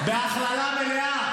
בהכללה מלאה.